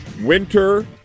Winter